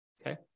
Okay